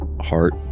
heart